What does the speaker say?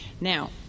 Now